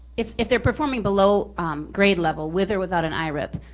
if if they're performing below grade level, with or without an irip,